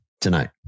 tonight